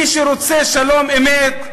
מי שרוצה שלום-אמת,